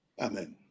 Amen